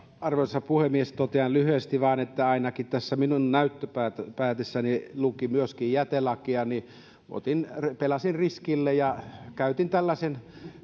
arvoisa puhemies totean lyhyesti vain että ainakin tässä minun näyttöpäätteessäni luki myöskin jätelaki joten pelasin riskillä ja käytin tällaisen